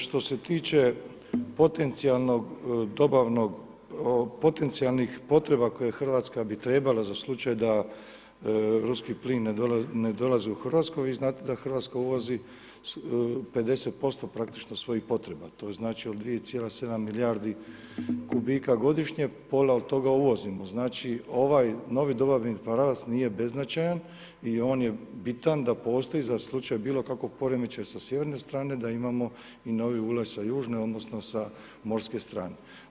Što se tiče potencijalnog dobavnog, potencijalnih potreba koje Hrvatska bi trebala za slučaj da Ruski plin ne dolazi u Hrvatsku, vi znate da Hrvatska uvozi 50% praktično svojih potreba, to znači od 2,7 milijardi kubika godišnje, pola od toga uvozimo, znači ovaj novi dobavni pravac nije beznačajan i on je bitan da postoji za slučaj bilo kakvog poremećaja sa sjeverne strane, da imamo i novi ulaz sa južne, odnosno sa morske strane.